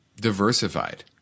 diversified